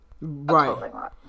Right